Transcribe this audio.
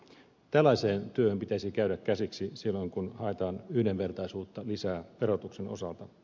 tällaiseen työhön pitäisi käydä käsiksi silloin kun haetaan yhdenvertaisuutta lisää verotuksen osalta